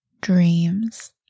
dreams